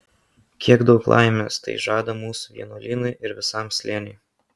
kiek daug laimės tai žada mūsų vienuolynui ir visam slėniui